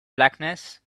blackness